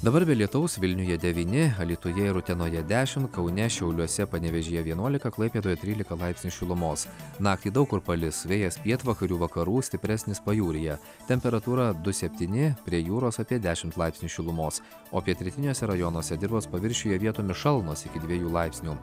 dabar be lietaus vilniuje devyni alytuje ir utenoje dešim kaune šiauliuose panevėžyje vienuolika klaipėdoje trylika laipsnių šilumos naktį daug kur palis vėjas pietvakarių vakarų stipresnis pajūryje temperatūra du septyni prie jūros apie dešimt laipsnių šilumos o pietrytiniuose rajonuose dirvos paviršiuje vietomis šalnos iki dviejų laipsnių